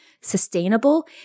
sustainable